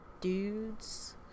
dudes